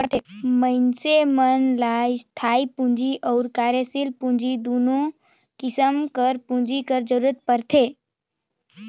मइनसे मन ल इस्थाई पूंजी अउ कारयसील पूंजी दुनो किसिम कर पूंजी कर जरूरत परथे